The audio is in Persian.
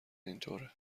اینطوره